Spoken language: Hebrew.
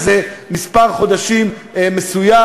מספר חודשים מסוים.